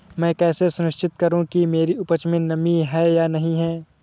मैं कैसे सुनिश्चित करूँ कि मेरी उपज में नमी है या नहीं है?